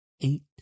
eight